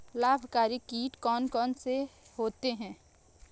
लाभकारी कीट कौन कौन से होते हैं?